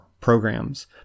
programs